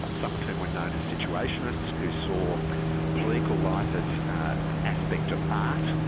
some of whom were known as situationists, who saw political life as an aspect of art,